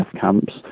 camps